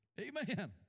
Amen